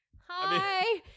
hi